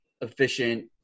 efficient